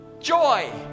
joy